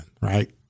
right